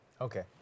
Okay